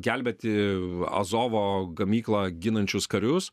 gelbėti azovo gamyklą ginančius karius